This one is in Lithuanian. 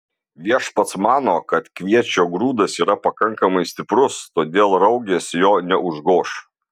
viešpats mano kad kviečio grūdas yra pakankamai stiprus todėl raugės jo neužgoš